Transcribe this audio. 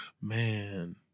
Man